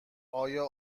آیا